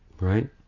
right